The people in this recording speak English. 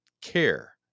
care